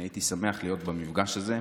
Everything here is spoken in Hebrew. אני הייתי שמח להיות במפגש הזה,